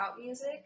music